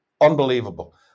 unbelievable